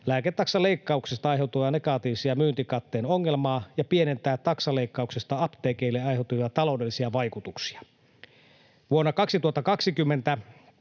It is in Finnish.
lääketaksaleikkauksesta aiheutuvaa negatiivisen myyntikatteen ongelmaa ja pienentää taksaleikkauksesta apteekeille aiheutuvia taloudellisia vaikutuksia. Vuonna 2020